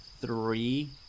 three